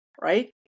right